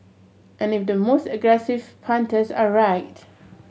and if the most aggressive punters are right